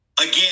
again